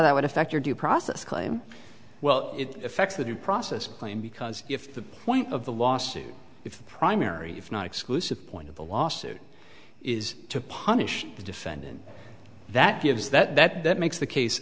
that would affect your due process claim well it affects the due process plain because if the point of the lawsuit if the primary if not exclusive point of the lawsuit is to punish the defendant that gives that that makes the case